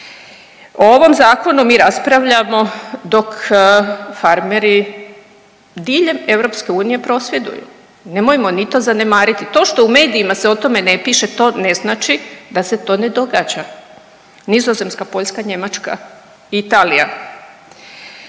O ovom zakonu mi raspravljamo dok farmeri diljem EU prosvjeduju. Nemojmo ni to zanemariti, to što u medijima se o tome ne piše to ne znači da se to ne događa. Nizozemska, Poljska, Njemačka, Italija.